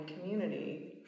community